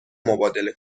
مبادله